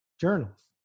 journals